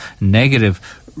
negative